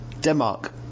Denmark